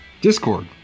Discord